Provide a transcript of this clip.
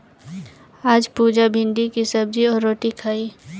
आज पुजा भिंडी की सब्जी एवं रोटी खाई